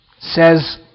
says